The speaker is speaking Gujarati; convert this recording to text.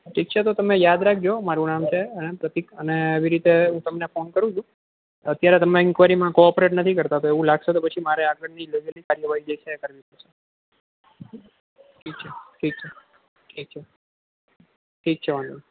ઠીક છે તો તમે યાદ રાખજો મારું નામ છે પ્રતીક અને આવી રીતે હું તમને ફોન કરું છું અત્યારે તમે ઇન્ક્વાયરીમાં કોઓપરેટ નથી કરતાં તો એવું લાગશે તો પછી મારે આગળની જે કંઈ બી કાર્યવાહી જે છે એ કરવી પડશે ઠીક છે ઠીક છે ઠીક છે ઠીક છે વાંધો નહીં